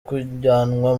kujyanwa